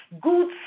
good